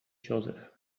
joseph